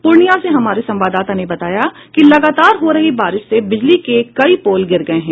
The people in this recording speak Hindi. पूर्णियां से हमारे संवाददाता ने बताया कि लगातार हो रही बारिश से बिजली के कई पोल गिर गये हैं